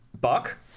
buck